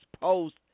post